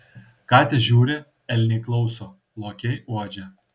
katės žiūri elniai klauso lokiai uodžia